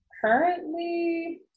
currently